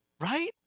Right